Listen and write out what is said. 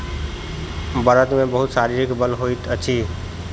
बड़द मे बहुत शारीरिक बल होइत अछि